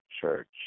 church